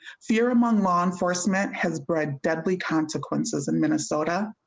fear among law enforcement has bred deadly consequences in minnesota.